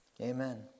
amen